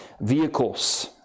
vehicles